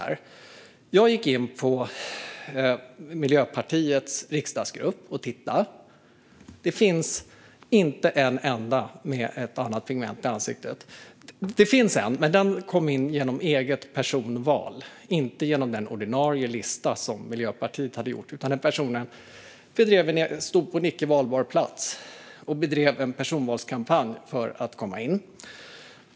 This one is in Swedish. Jag har tittat på hur Miljöpartiets riksdagsgrupp ser ut. Det finns inte en enda ledamot som har ett annat pigment i ansiktet. Jo, det finns en, men den kom in genom personval, inte genom den ordinarie lista som Miljöpartiet hade gjort. Den personen stod på icke valbar plats och drev en personvalskampanj för att komma in.